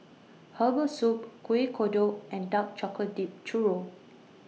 Herbal Soup Kuih Kodok and Dark Chocolate Dipped Churro